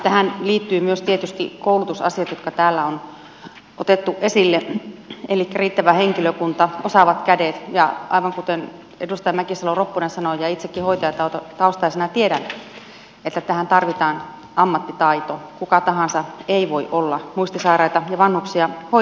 tähän liittyvät tietysti myös koulutusasiat jotka täällä on otettu esille elikkä riittävä henkilökunta osaavat kädet ja aivan kuten edustaja mäkisalo ropponen sanoi ja itsekin hoitajataustaisena tiedän tähän tarvitaan ammattitaitoa kuka tahansa ei voi olla muistisairaita ja vanhuksia hoitamassa